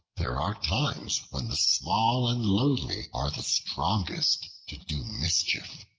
there are times when the small and lowly are the strongest to do mischief.